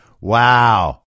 Wow